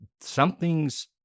Something's